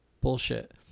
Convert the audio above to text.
bullshit